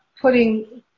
putting –